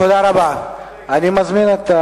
תראו מי מדבר, תראו